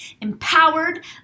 empowered